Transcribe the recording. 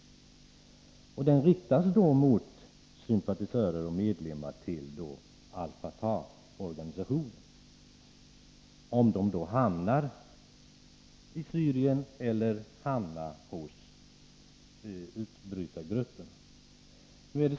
Angreppen riktas mot sympatisörer till och medlemmar av Al Fatah-organisationen, oavsett om dessa hamnar i Syrien eller hos utbrytargrupperna.